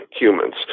humans